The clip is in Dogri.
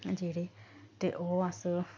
जेह्ड़े ते ओह् अस